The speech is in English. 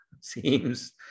seems